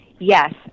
Yes